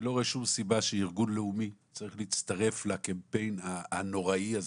אני לא רואה שום סיבה שארגון לאומי צריך להצטרף לקמפיין הנורא הזה.